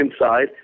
inside